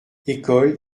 école